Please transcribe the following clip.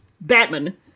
batman